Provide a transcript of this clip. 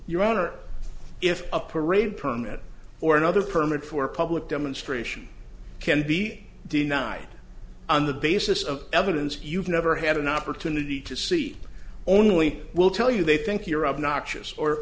honor if a parade permit or another permit for public demonstration can be denied on the basis of evidence you've never had an opportunity to see only will tell you they think you're obnoxious or